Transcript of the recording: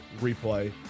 replay